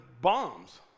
bombs